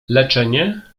leczenie